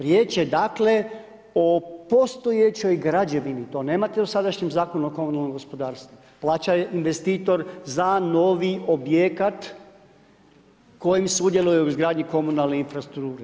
Riječ je dakle, o postojećoj građevini, to nema te u sadašnjem Zakonu o komunalnom gospodarstvu, plaća investitor za novi objekat koji sudjeluje u izgradnji komunalne infrastrukture.